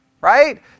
Right